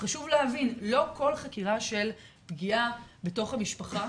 חשוב להבין, לא כל חקירה של פגיעה בתוך המשפחה